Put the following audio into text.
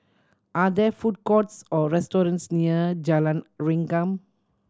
are there food courts or restaurants near Jalan Rengkam